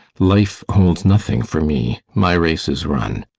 life holds nothing for me my race is run.